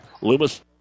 Loomis